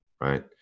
right